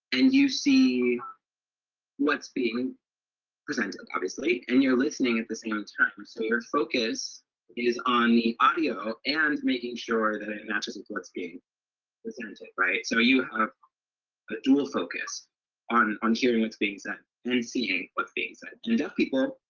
you see what's being presented, obviously. and you're listening at the same time. so your focus is on the audio and making sure that it matches with what's being presented, right? so you have a dual focus on on hearing what's being said and seeing what's being said. and deaf people